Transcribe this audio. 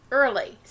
early